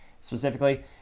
specifically